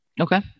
okay